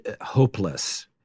hopeless